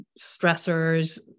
stressors